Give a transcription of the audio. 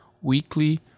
weekly